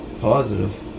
Positive